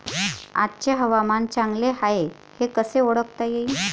आजचे हवामान चांगले हाये हे कसे ओळखता येईन?